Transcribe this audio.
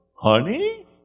Honey